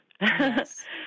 Yes